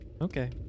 okay